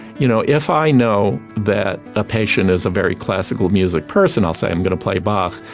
you know if i know that a patient is a very classical music person i'll say i'm going to play bach.